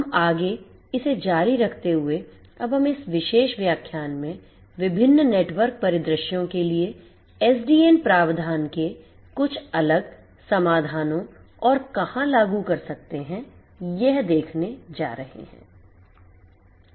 हम आगे इसे जारी रखते हुए अब हम इस विशेष व्याख्यान में विभिन्न नेटवर्क परिदृश्यों के लिए SDN प्रावधान के कुछ अलग समाधानों और कहाँ लागूकर सकते हैंयह देखने जा रहे हैं